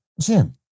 Jim